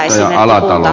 arvoisa puhemies